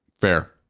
Fair